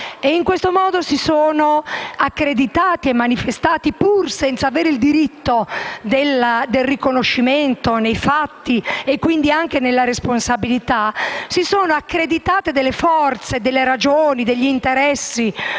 In questo modo si sono accreditati e manifestati, pur senza avere il diritto ad un riconoscimento dei fatti e quindi anche delle responsabilità, delle forze, delle ragioni e degli interessi.